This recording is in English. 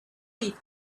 leaf